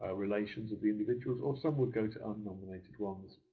ah relations of the individuals, or some would go to un-nominated ones.